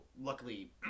luckily